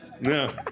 No